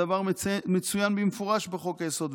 הדבר מצוין במפורש בחוק-היסוד,